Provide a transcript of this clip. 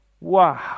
Wow